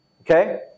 Okay